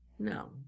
No